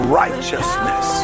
righteousness